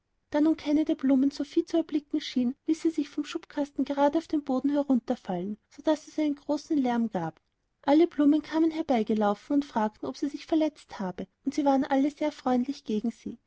da nun keine der blumen sophien zu erblicken schien ließ sie sich vom schubkasten gerade auf den boden herunter fallen sodaß es einen großen lärm gab alle blumen kamen herbeigelaufen und fragten ob sie sich verletzt habe und sie waren alle sehr freundlich gegen sie